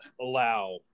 allow